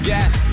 Yes